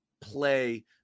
play